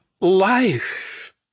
life